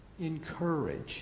encourage